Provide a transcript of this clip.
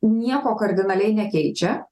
nieko kardinaliai nekeičia